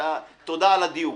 תודה על הדיוק.